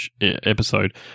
episode